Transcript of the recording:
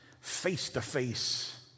face-to-face